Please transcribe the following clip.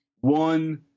one